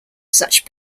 such